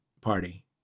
party